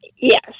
Yes